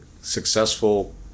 successful